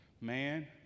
man